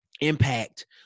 impact